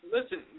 Listen